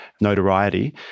notoriety